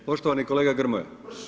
Poštovani kolega Grmoja.